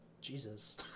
Jesus